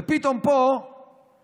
ופתאום יש פה קורונה.